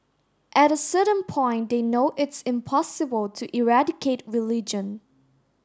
at a certain point they know it's impossible to eradicate religion